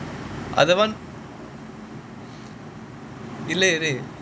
அத வந்து இல்ல இல்ல:atha vanthu illa illa